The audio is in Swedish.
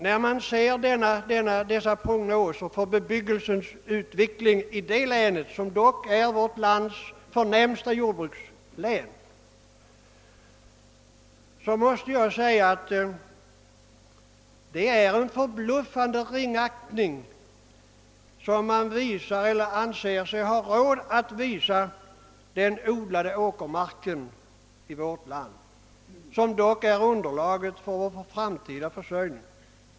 När jag ser dessa prognoser för bebyggelsens utveckling i vårt lands förnämsta jordbrukslän måste jag säga att man anser sig ha råd att visa en förbluffande ringaktning för den odlade åkermarken i vårt land, som dock är underlaget för vår framtida försörjning.